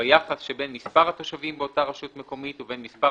ביחס שבין מספר התושבים באותה רשות מקומית ובין מספר